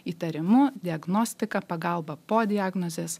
įtarimu diagnostika pagalba po diagnozės